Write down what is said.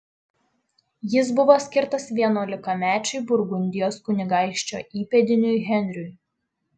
jis buvo skirtas vienuolikamečiui burgundijos kunigaikščio įpėdiniui henriui